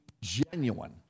genuine